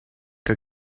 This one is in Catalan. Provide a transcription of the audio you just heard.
que